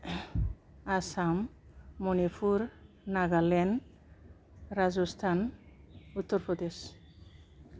Assam Manipur Nagaland Rajasthan Uttar Pradesh